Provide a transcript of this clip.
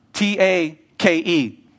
T-A-K-E